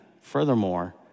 furthermore